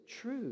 true